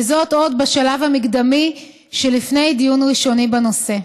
וזאת עוד בשלב המקדמי שלפני דיון ראשוני בנושא.